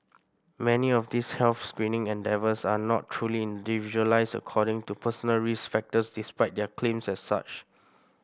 many of these health screening endeavours are not truly individualised according to personal risk factors despite their claims as such